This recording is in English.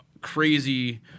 crazy